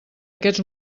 aquests